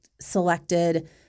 selected